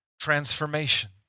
transformation